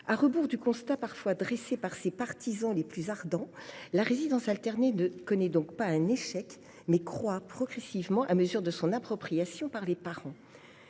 À rebours du constat parfois dressé par ses partisans les plus ardents, la résidence alternée ne connaît donc pas un échec, mais croît progressivement, à mesure de son appropriation par les parents.